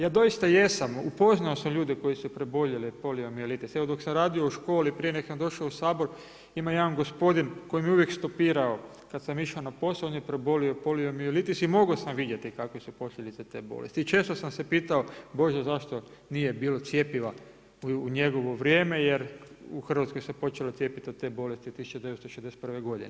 Ja doista jesam upoznao sam ljude koji su preboljeli poliomijelitis, evo dok sam radio u školi prije nego što sam došao u Sabor ima jedan gospodin koji me uvijek stopirao kada sam išao na posao on je prebolio poliomijelitis i mogao sam vidjeti kakve su posljedice te bolesti i često sam se pitao Bože zašto nije bilo cjepiva u njegovo vrijeme jer u Hrvatskoj se počelo cijepiti od te bolesti 1961. godine.